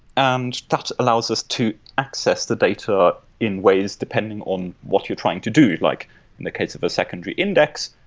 and that allows us to access the data in ways depending on what you're trying to do. like in the case of a secondary index,